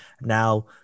now